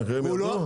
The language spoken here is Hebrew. המחירים ירדו?